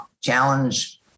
challenge